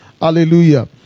Hallelujah